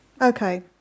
Okay